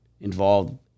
involved